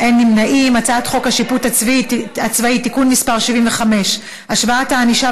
ההצעה להעביר את הצעת חוק השיפוט הצבאי (תיקון מס' 75) (השוואת הענישה